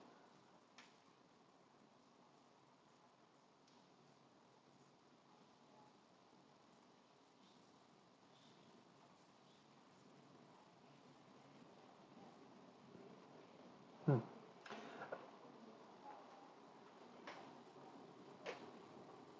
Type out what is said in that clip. mm